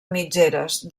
mitgeres